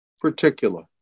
particular